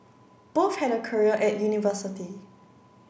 both had a career at university